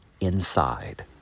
inside